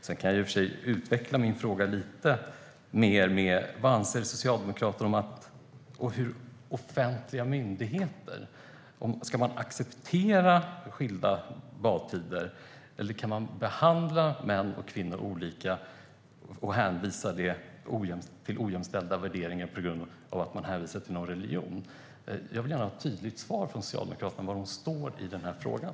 Sedan kan jag utveckla min fråga lite mer: Anser Socialdemokraterna att man ska acceptera skilda badtider? Kan man behandla män och kvinnor olika genom att hänvisa till ojämställda värderingar i religion? Jag vill ha ett tydligt svar på var Socialdemokraterna står i den här frågan.